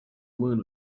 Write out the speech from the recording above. wound